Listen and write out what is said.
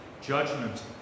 judgment